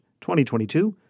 2022